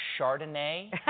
Chardonnay